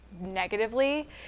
negatively